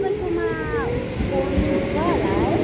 तपाईँकोमा फोन छ होला है